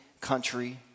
country